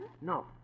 No